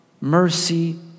mercy